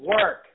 Work